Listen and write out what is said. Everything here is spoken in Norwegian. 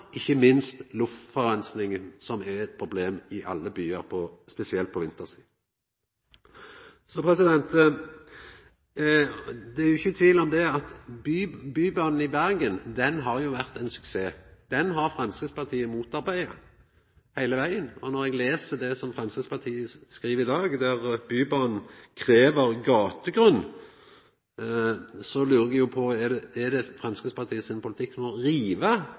ikkje minst luftforureininga betre, noko som er eit problem i alle byar, spesielt på vinterstid. Det er ikkje tvil om at Bybanen i Bergen har vore ein suksess. Han har Framstegspartiet motarbeidd heile vegen. Når eg les det som Framstegspartiet skriv i innstillinga om at Bybanen krev gategrunn, lurer eg på om det er Framstegspartiet sin politikk